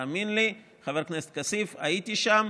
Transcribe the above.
תאמין לי, חבר הכנסת כסיף, הייתי שם.